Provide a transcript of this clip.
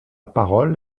parole